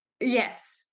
yes